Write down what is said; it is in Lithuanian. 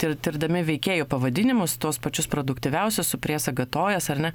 tir tirdami veikėjų pavadinimus tuos pačius produktyviausius su priesaga tojas ar ne